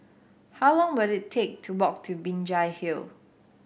how long will it take to walk to Binjai Hill